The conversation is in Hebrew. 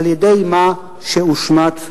על-ידי מה שהושמט ממנו."